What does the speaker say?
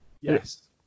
Yes